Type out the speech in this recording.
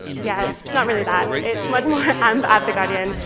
yeah, it's not really that. it's much more amp at the guardian,